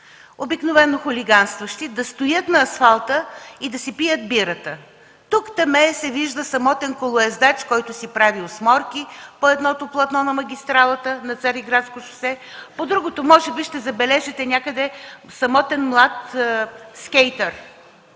обикновено хулиганстващи, да стоят на асфалта и да си пият бирата. Тук-таме се вижда самотен колоездач, който си прави осморки по едното платно на магистралата на „Цариградско шосе”, по другото може би ще забележите самотен млад скейтър.